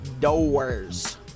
doors